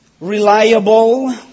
Reliable